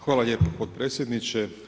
Hvala lijepo potpredsjedniče.